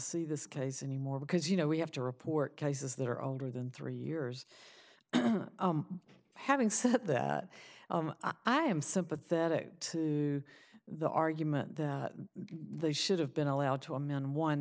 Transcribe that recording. see this case anymore because you know we have to report cases that are older than three years having said that i am sympathetic to the argument that they should have been allowed to